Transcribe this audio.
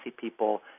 people